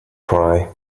cry